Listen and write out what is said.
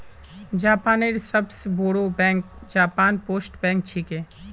जापानेर सबस बोरो बैंक जापान पोस्ट बैंक छिके